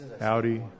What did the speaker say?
Audi